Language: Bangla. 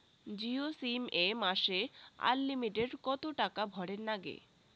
জিও সিম এ মাসে আনলিমিটেড কত টাকা ভরের নাগে?